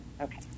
Okay